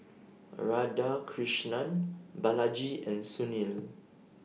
Radhakrishnan Balaji and Sunil